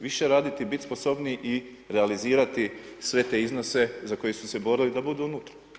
Više raditi, biti sposobniji i realizirati sve te iznose za koje su se borili da budu unutra.